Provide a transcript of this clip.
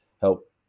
help